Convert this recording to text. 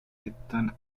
están